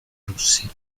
russi